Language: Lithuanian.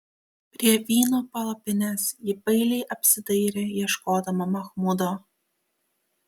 prie vyno palapinės ji bailiai apsidairė ieškodama machmudo